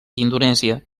indonèsia